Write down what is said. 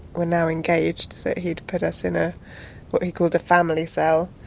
were now engaged that he'd put us in ah what he called a family cell,